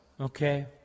Okay